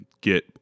get